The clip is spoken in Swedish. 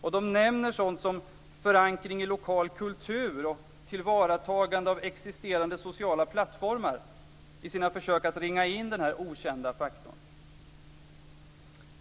Man nämner sådant som "förankring i lokal kultur" och "tillvaratagande av existerande sociala plattformar" i sina försök att ringa in denna okända faktor.